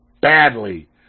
badly